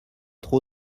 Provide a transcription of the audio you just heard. trop